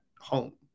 home